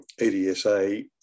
EDSA